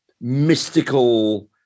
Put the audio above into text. mystical